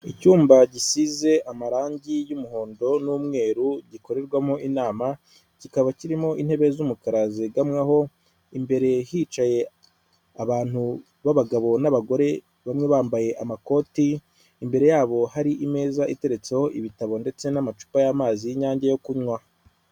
Icyumba gisize amarangi y'umuhondo n'umweru gikorerwamo inama, kikaba kirimo intebe z'umukara zegamwaho, imbere hicaye abantu b'abagabo n'abagore bamwe bambaye amakoti, imbere yabo hari imeza iteretseho ibitabo ndetse n'amacupa y'amazi y'inyange yo kunywa.